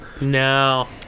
No